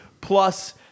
plus